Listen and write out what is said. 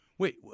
Wait